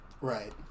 Right